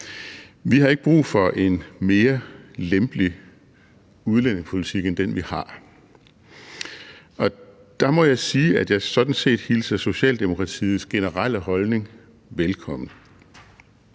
Vi har ikke brug for en mere lempelig udlændingepolitik end den, vi har. Og der må jeg sige, at jeg sådan set hilser Socialdemokratiets generelle holdning velkommen.